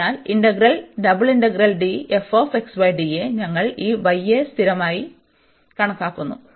അതിനാൽ ഇന്റഗ്രൽ ഞങ്ങൾ ഈ y യെ സ്ഥിരമായി കണക്കാക്കുന്നു